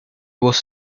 was